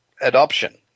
adoption